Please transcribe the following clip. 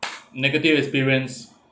negative experience